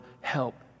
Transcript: help